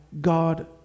God